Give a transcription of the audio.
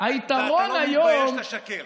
ואתה לא מתבייש לשקר.